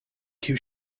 kiu